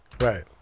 Right